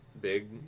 big